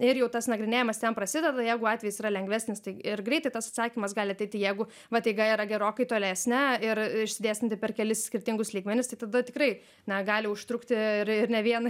ir jau tas nagrinėjamas ten prasideda jeigu atvejis yra lengvesnis tai ir greitai tas atsakymas gali ateiti jeigu vat eiga yra gerokai tolesnė ir išsidėstanti per kelis skirtingus lygmenis tai tada tikrai na gali užtrukti ir ir ne vieną